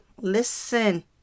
listen